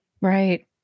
Right